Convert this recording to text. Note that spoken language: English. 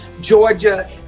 Georgia